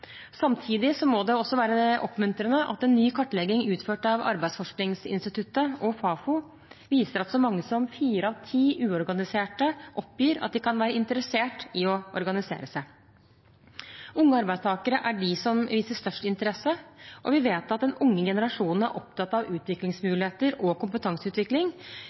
Samtidig må det også være oppmuntrende at en ny kartlegging utført av Arbeidsforskningsinstituttet og Fafo viser at så mange som fire av ti uorganiserte oppgir at de kan være interessert i å organisere seg. Unge arbeidstakere er de som viser størst interesse. Vi vet at den unge generasjonen er opptatt av utviklingsmuligheter og kompetanseutvikling.